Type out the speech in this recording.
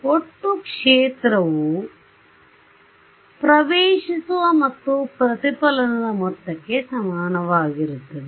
ಒಟ್ಟು ಕ್ಷೇತ್ರವುಘಟನೆ ಮತ್ತು ಪ್ರತಿಫಲನದ ಮೊತ್ತಕ್ಕೆ ಸಮನಾಗಿರುತ್ತದೆ